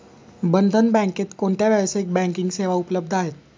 बंधन बँकेत कोणत्या व्यावसायिक बँकिंग सेवा उपलब्ध आहेत?